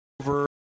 over